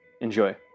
Enjoy